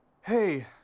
Hey